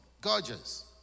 gorgeous